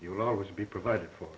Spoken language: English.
you will always be provided for